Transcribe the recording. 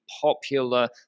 popular